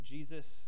Jesus